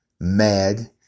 mad